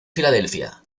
filadelfia